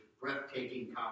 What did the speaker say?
breathtaking